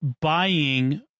buying